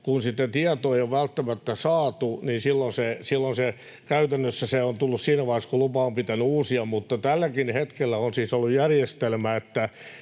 sitä tietoa ei ole välttämättä saatu, niin silloin se käytännössä on tullut siinä vaiheessa, kun lupa on pitänyt uusia. Mutta tälläkin hetkellä on siis ollut järjestelmä,